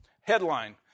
headline